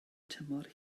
tymor